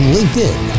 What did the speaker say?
LinkedIn